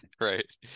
right